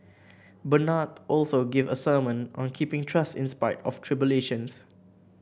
Bernard also gave a sermon on keeping trust in spite of tribulations